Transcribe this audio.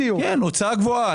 הוצאה קבועה.